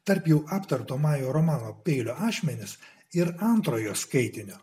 tarp jų aptarto majų romano peilio ašmenis ir antrojo skaitinio